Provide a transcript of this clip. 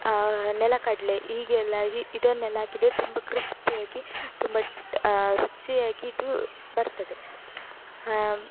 ನೆಲಗಡಲೆ ಹೀಗೆಲ್ಲ ಹಿ ಇದನ್ನೆಲ್ಲ ಹಾಕಿದರೆ ತುಂಬ ಕ್ರಿಸ್ಪಿಯಾಗಿ ತುಂಬ ರುಚಿಯಾಗಿದು ಬರ್ತದೆ